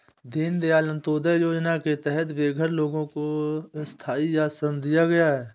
दीन दयाल अंत्योदया योजना के तहत बेघर लोगों को स्थाई आश्रय दिया जाएगा